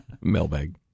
Mailbag